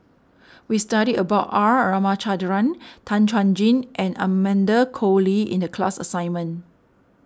we studied about R Ramachandran Tan Chuan Jin and Amanda Koe Lee in the class assignment